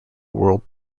world